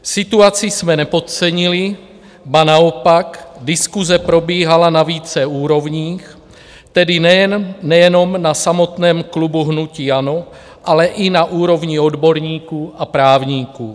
Situaci jsme nepodcenili, ba naopak diskuse probíhala na více úrovních, tedy nejenom na samotném klubu hnutí ANO, ale i na úrovni odborníků a právníků.